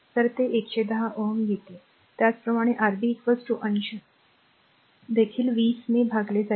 तर ते 110 Ω येते त्याचप्रमाणे Rb अंश देखील 20 ने भागले जाईल